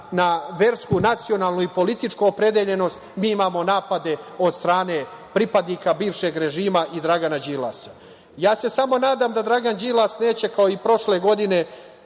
na versku, nacionalnu i političku opredeljenost, mi imamo napade od strane pripadnika bivšeg režima i Dragana Đilasa. Ja se samo nadam da Dragan Đilas neće, kao i prošle godine